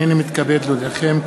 הנני מתכבד להודיעכם,